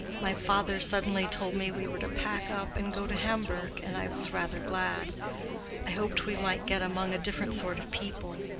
my father suddenly told me we were to pack up and go to hamburg, and i was rather glad. i hoped we might get among a different sort of people,